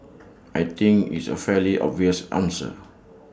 I think is A fairly obvious answer